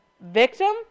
Victim